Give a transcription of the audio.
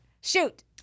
shoot